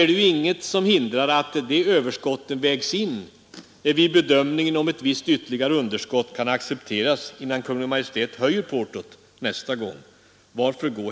Det slaget av rationaliseringar är mycket svårare att åstadkomma inom tjänstenäringarna.